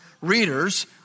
readers